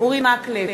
אורי מקלב,